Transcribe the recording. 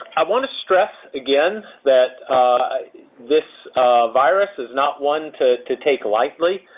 i want to stress again that this virus is not one to to take lightly.